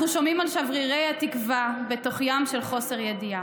אנחנו שומעים על שברירי התקווה בתוך ים של חוסר ידיעה: